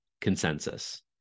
consensus